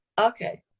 okay